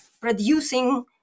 producing